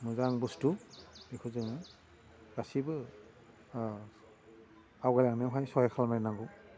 मोजां बुस्थु बेखौ जों गासिबो आवगायलांनायावहाय सहाय खालामलायनांगौ